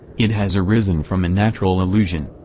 it has arisen from a natural illusion.